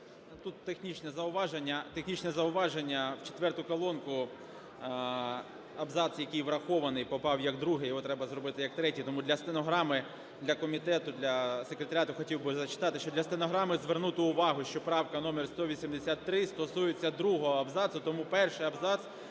технічне зауваження в четверту колонку: абзац, який врахований, попав як другий, його треба зробити як третій. Тому для стенограми для комітету, для секретаріату хотів би зачитати, що… для стенограми, звернути увагу, що правка номер 183 стосується другого абзацу. Тому перший абзац